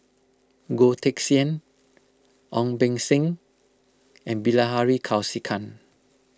Goh Teck Sian Ong Beng Seng and Bilahari Kausikan